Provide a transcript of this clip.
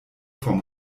vom